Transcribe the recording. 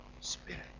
spirit